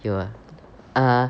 有 ah err